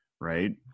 right